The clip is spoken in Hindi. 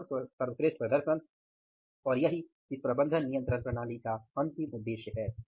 समग्र सर्वश्रेष्ठ प्रदर्शन और यही इस प्रबंधन नियंत्रण प्रणाली का अंतिम उद्देश्य है